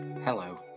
Hello